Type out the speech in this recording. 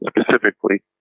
specifically